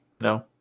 No